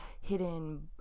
hidden